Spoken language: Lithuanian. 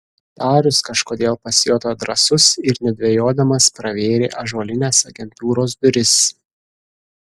darius kažkodėl pasijuto drąsus ir nedvejodamas pravėrė ąžuolines agentūros duris